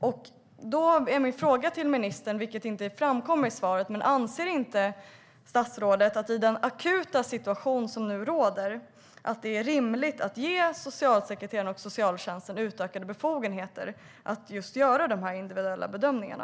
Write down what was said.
Då har jag en fråga till ministern: Anser inte statsrådet att det i den akuta situation som nu råder är rimligt att ge socialsekreteraren och socialtjänsten utökade befogenheter att just göra de individuella bedömningarna?